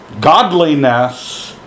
godliness